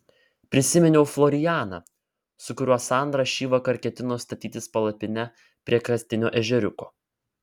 prisiminiau florianą su kuriuo sandra šįvakar ketino statytis palapinę prie kastinio ežeriuko